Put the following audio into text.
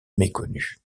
méconnu